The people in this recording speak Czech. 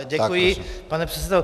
Děkuji, pane předsedo.